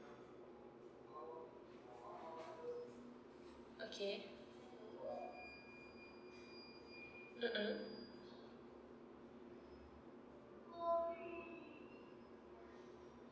okay mm mm